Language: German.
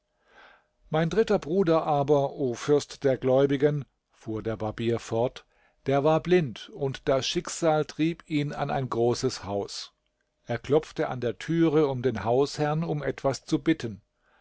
mein dritter bruder aber o fürst der gläubigen fuhr der barbier fort der war blind und das schicksal trieb ihn an ein großes haus er klopfte an der türe um den hausherrn um etwas zu bitten